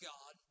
God